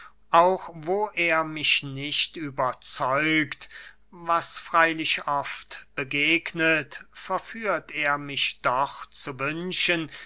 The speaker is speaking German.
auch wo er mich nicht überzeugt was freylich oft begegnet verführt er mich doch zu wünschen